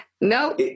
No